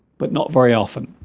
but not very often